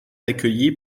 accueillie